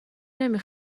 نمی